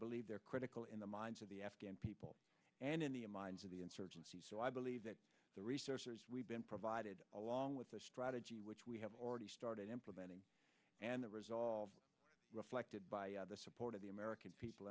believe they're critical in the minds of the afghan people and in the minds of the insurgency so i believe that the researchers we've been provided along with the strategy which we have already started implementing and the resolve reflected by the support of the american people